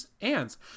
ants